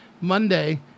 Monday